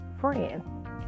friend